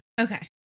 okay